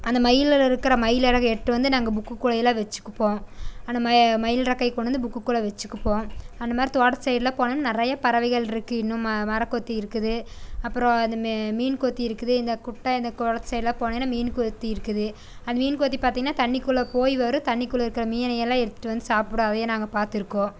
அந்த மயிலில் இருக்கிற மயில் இறகை எட்டு வந்து நாங்கள் புக்குக்குள்ளேயெல்லாம் வைச்சிப்போம் அந்த மயில் இறக்கைய கொண்டு வந்து புக்குக்குள்ளே வச்சிப்போம் அந்த மாதிரி தோட்டத்து சைடில் போனோம்னா நிறைய பறவைகள் இருக்கு இன்னும் மரங்கொத்தி இருக்குது அப்பறம் அந்த மீன்கொத்தி இருக்குது இந்த குட்டை இந்த கொளத்து சைடுலாம் போனோனா மீன்கொத்தி இருக்குது அந்த மீன்கொத்தி பார்த்திங்கனா தண்ணிக்குள்ளே போய் வரும் தண்ணிக்குள்ளே இருக்கிற மீனை எல்லாம் எடுத்துட்டு வந்து சாப்பிடும் அதையும் நாங்கள் பாத்திருக்கோம்